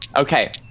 Okay